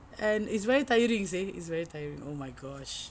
and it's very tiring seh it's very tiring oh my gosh